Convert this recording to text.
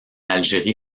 algérie